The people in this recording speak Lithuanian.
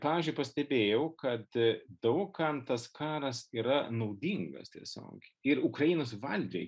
pavyzdžiui pastebėjau kad daug kam tas karas yra naudingas tiesiog ir ukrainos valdžiai